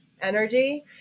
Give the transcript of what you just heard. energy